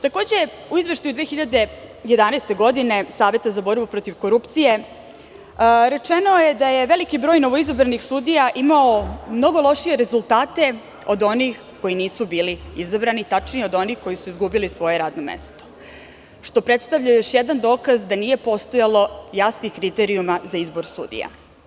Takođe, u Izveštaju 2011. godine Saveta za borbu protiv korupcije rečeno je da je veliki broj novoizabranih sudija imao mnogo lošije rezultate od onih koji nisu bili izabrani, tačnije od onih koji su izgubili svoje radno mesto, što predstavlja još jedan dokaz da nije postojalo jasnih kriterijuma za izbor sudija.